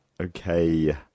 Okay